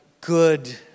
good